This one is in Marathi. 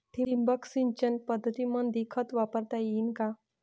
ठिबक सिंचन पद्धतीमंदी खत वापरता येईन का?